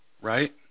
right